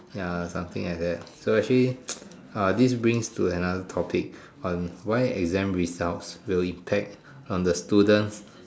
ya something like that so actually ah this bring us to another topic on why exam results will impact on the students